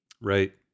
Right